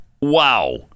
wow